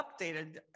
updated